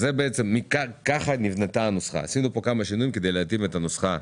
ככה נבנתה הנוסחה.